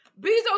Bezos